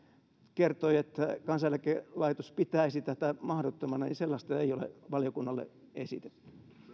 kertoi että kansaneläkelaitos pitäisi tätä mahdottomana ei ole valiokunnalle esitetty